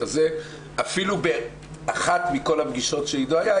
אפילו באחת מכל הפגישות שעידו היה,